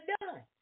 done